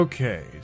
Okay